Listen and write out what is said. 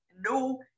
no